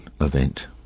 event